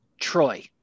Troy